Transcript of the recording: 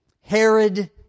Herod